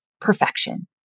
perfection